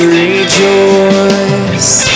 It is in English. rejoice